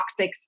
toxics